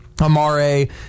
Amare